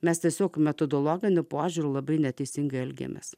mes tiesiog metodologiniu požiūriu labai neteisingai elgiamės